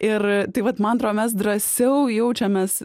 ir tai vat man atrodo mes drąsiau jaučiamės